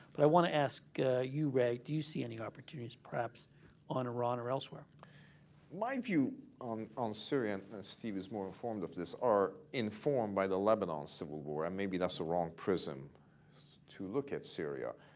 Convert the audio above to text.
but i want to ask you, ray, do you see any opportunities perhaps on iran or elsewhere? takeyh my view on on syria, steve is more informed of this, are informed by the lebanon civil war. and maybe that's the wrong prism to look at syria.